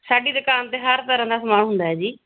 ਸਾਡੀ ਦੁਕਾਨ 'ਤੇ ਹਰ ਤਰ੍ਹਾਂ ਦਾ ਸਮਾਨ ਹੁੰਦਾ ਹੈ ਜੀ